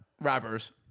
Rappers